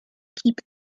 keep